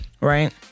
right